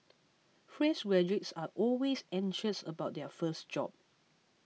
fresh graduates are always anxious about their first job